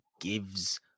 gives